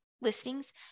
listings